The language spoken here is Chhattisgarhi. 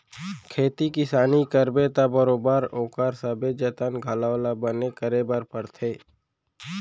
खेती किसानी करबे त बरोबर ओकर सबे जतन घलौ ल बने करे बर परथे